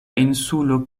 insulo